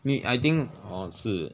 me I think 我是